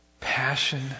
passion